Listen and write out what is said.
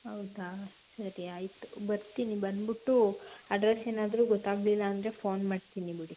ಹೌದಾ ಸರಿ ಆಯಿತು ಬರುತ್ತೀನಿ ಬಂದ್ಬಿಟ್ಟು ಅಡ್ರೆಸ್ ಏನಾದರೂ ಗೊತ್ತಾಗಲಿಲ್ಲ ಅಂದರೆ ಪೋನ್ ಮಾಡ್ತೀನಿ ಬಿಡಿ